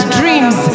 dreams